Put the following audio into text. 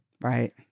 Right